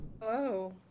Hello